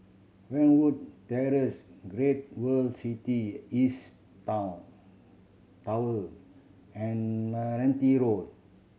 Fernwood Terrace Great World City East Town Tower and Meranti Road